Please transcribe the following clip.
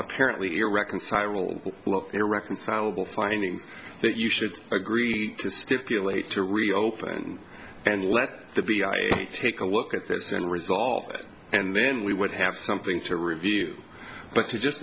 apparently irreconcilable irreconcilable findings that you should agree to stipulate to reopen and let the b i take a look at this and resolve it and then we would have something to review but you just